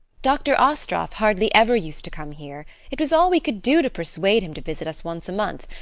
dr. astroff hardly ever used to come here it was all we could do to persuade him to visit us once a month,